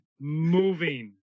moving